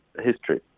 history